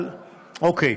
אבל אוקיי,